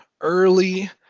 early